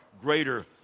greater